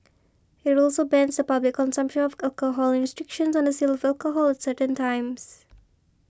it also bans the public consumption of alcohol restrictions on the sale of alcohol at certain times